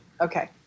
Okay